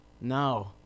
No